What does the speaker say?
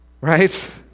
right